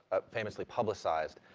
famously publicized,